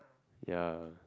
ya